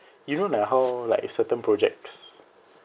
you know like how like certain projects